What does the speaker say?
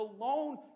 alone